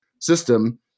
system